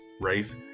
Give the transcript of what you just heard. race